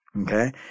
Okay